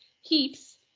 heaps